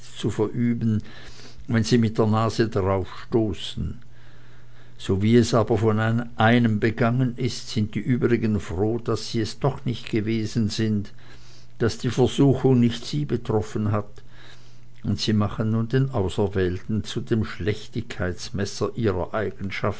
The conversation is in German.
zu verüben wenn sie mit der nase darauf stoßen sowie es aber von einem begangen ist sind die übrigen froh daß sie es doch nicht gewesen sind daß die versuchung nicht sie betroffen hat und sie machen nun den auserwählten zu dem schlechtigkeitsmesser ihrer